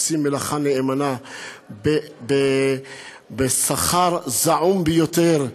עושים מלאכה נאמנה בשכר זעום ביותר,